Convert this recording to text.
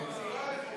ההגדלה באה מתוך תקציב